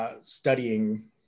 studying